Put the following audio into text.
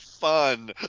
fun